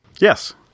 Yes